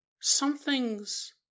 something's